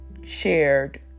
shared